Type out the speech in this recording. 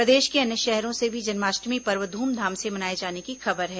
प्रदेश के अन्य शहरों से भी जन्माष्टमी पर्व ध्रमधाम से मनाए जाने की खबर है